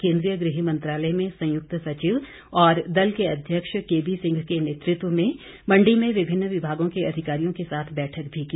केन्द्रीय गृह मंत्रालय में संयुक्त सचिव और दल के अध्यक्ष केबीसिंह के नेतृत्व में मंडी में विभिन्न विभागों के अधिकारियों के साथ बैठक भी की